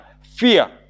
Fear